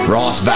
Ross